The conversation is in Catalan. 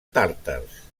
tàrtars